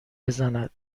بزند